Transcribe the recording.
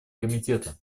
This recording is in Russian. комитета